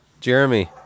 Jeremy